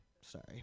Sorry